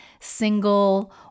single